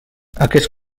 aquest